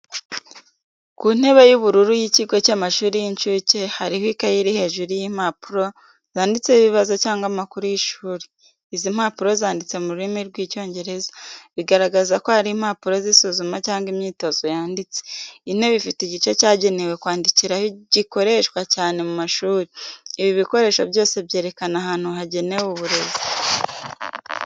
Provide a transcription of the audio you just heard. Ku ntebe y’ubururu y’ikigo cy’amashuri y’incuke, hariho ikaye iri hejuru y’impapuro zanditseho ibibazo cyangwa amakuru y’ishuri. Izi mpapuro zanditse mu rurimi rw’Icyongereza, bigaragaza ko ari impapuro z’isuzuma cyangwa imyitozo yanditse. Intebe ifite igice cyagenewe kwandikiraho gikoreshwa cyane mu mashuri. Ibi bikoresho byose byerekana ahantu hagenewe uburezi.